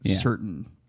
certain